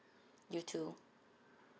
you too